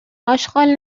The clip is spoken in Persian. آشغال